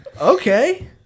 Okay